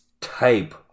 type